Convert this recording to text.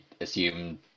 assume